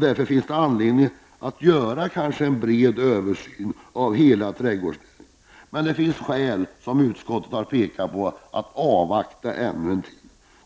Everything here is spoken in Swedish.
Därför finns det kanske anledning att göra en bred översyn av hela trädgårdsnäringen. Men det finns skäl, som utskottet har påpekat, att avvakta ännu en tid.